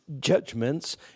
judgments